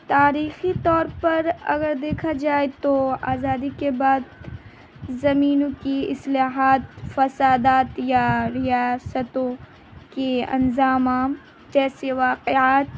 تاریخی طور پر اگر دیکھا جائے تو آزادی کے بعد زمینوں کی اصلاحات فسادات یا ریاستوں کے انظامام جیسے واقعات